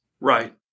Right